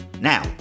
Now